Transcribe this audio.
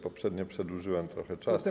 Poprzednio przedłużyłem trochę czas, ale.